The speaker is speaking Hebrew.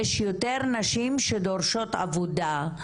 יש יותר נשים שדורשות עבודה,